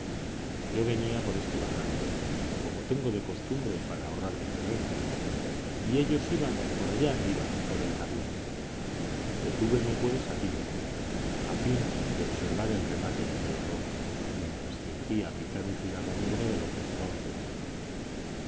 yo venía por este barranco como tengo de costumbre para ahorrarme terreno y ellos iban por allá arriba por el camino detúveme pues aquí mismo a fin de observar el remate de aquel horror mientras fingía picar un cigarro negro de los de entonces